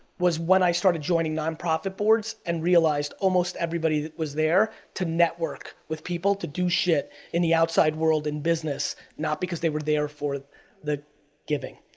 was when i started joining nonprofit boards and realized almost everybody was there to network with people to do shit in the outside world in business, not because they were there for the giving.